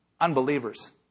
Unbelievers